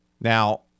Now